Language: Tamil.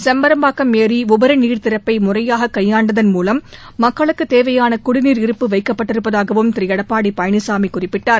செம்பரம்பாக்கம் ஏரி உபரி நீர் திறப்பை முறையாக கைபாண்டதன் மூலம் மக்களுக்கு தேவையான குடிநீர் இருப்பு வைக்கப்பட்டிருப்பதாகவும் திரு எடப்பாடி பழனிசாமி குறிப்பிட்டார்